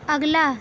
اگلا